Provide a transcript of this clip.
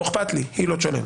לא אכפת לי היא לא תשלם.